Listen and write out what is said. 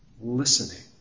listening